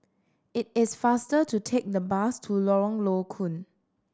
it is faster to take the bus to Lorong Low Koon